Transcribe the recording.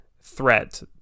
threat